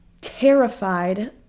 terrified